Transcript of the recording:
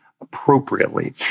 appropriately